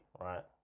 right